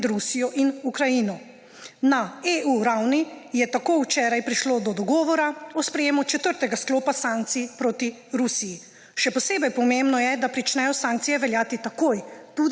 med Rusijo in Ukrajino. Na EU ravni je tako včeraj prišlo do dogovora o sprejemu četrtega sklopa sankcij proti Rusiji. Še posebej pomembno je, da pričnejo sankcije veljati takoj